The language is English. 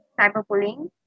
cyberbullying